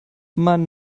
man